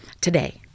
today